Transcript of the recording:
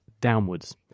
downwards